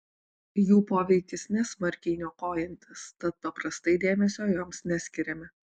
jų poveikis nesmarkiai niokojantis tad paprastai dėmesio joms neskiriame